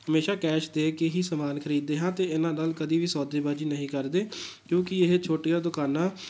ਹਮੇਸ਼ਾਂ ਕੈਸ਼ ਦੇ ਕੇ ਹੀ ਸਮਾਨ ਖਰੀਦਦੇ ਹਾਂ ਅਤੇ ਇਹਨਾਂ ਨਾਲ਼ ਕਦੇ ਵੀ ਸੌਦੇਬਾਜ਼ੀ ਨਹੀਂ ਕਰਦੇ ਕਿਉਂਕਿ ਇਹ ਛੋਟੀਆਂ ਦੁਕਾਨਾਂ